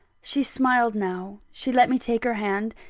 she smiled now she let me take her hand,